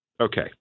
Okay